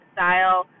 Style